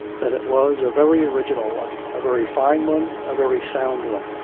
that it was a very original one, a very fine one, a very sound one,